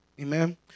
Amen